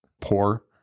poor